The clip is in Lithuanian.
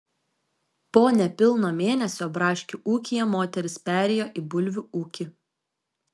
po nepilno mėnesio braškių ūkyje moteris perėjo į bulvių ūkį